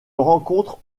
rencontre